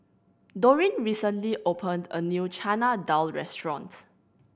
Dorine recently opened a new Chana Dal restaurant